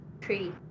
tree